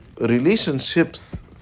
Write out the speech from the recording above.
relationships